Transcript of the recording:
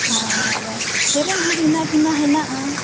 ᱟᱨ ᱥᱮᱨᱮᱧ ᱦᱚᱸ ᱵᱷᱤᱱᱟᱹ ᱵᱷᱤᱱᱟᱹ ᱦᱮᱱᱟᱜᱼᱟ